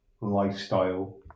lifestyle